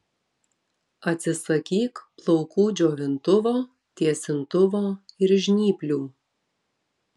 atsisakyk plaukų džiovintuvo tiesintuvo ir žnyplių